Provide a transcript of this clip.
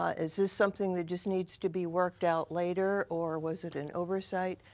is this something that just needs to be worked out later? or was it an oversight?